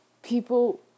People